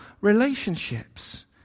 relationships